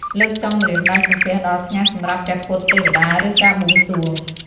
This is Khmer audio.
លើកចុងម្រាមដៃសំពះដល់ថ្ងាស សម្រាប់ព្រះពុទ្ធ ទេវតា ឬ ការបួងសួង។